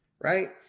right